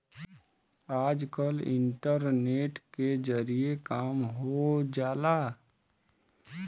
आजकल इन्टरनेट के जरिए काम हो जाला